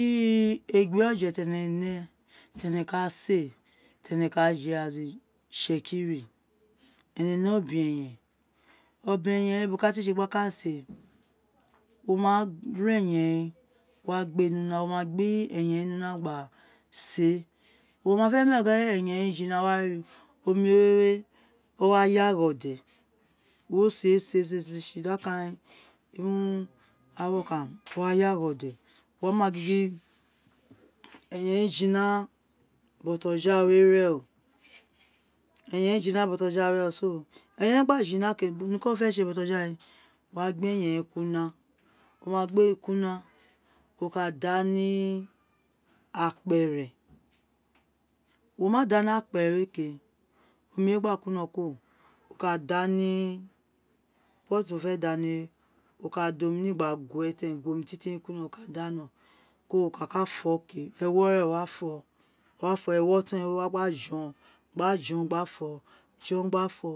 egbe ojẹ ti ene nẹ ti ene ka sé ti ẹnẹ ka jẹ as in itṣekiri ene ne ọbẹ-eyẹn obẹ-ẹyẹn bo kọ a té sé gba ka séè wo ma ra ẹyẹn wé gba gbé è ni una wo ma gbé ẹyẹn wé ni una gba séè wo ma fe ma gin ẹyẹn wé jina wo ma ríì omi wé wa yi agho dẹ wo sé sé sisi that kind hour ọkan o wa yi agho dẹ wo ma gingin ẹyẹn ji na bọjọghawe reno eyen jina bọjọghawe rẹn o so ẹyẹn wé gba jina ké niko wo fe sé bọjọ ghawe wo wa gbé è ẹyẹn wé kuri una wo ma gbé è kuri una wo ka da ni akpẹrẹ wo ma da ni akpẹrẹ wé ké omi wé gba kuri inọ wo ka da ni pot ti wo fe da ni wé wo ka da omi ni wa guė tẹrẹn guẹ omi tintin wé kuri ino wo ka danọ kuro wo kaka fó ò ké ewo rẹn wa fọ wo fọ ẹwọtọn rẹ wé wa gba jọ gba jọn gba fọ jọn gba fo